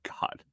God